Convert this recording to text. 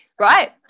Right